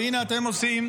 והינה, אתם עושים.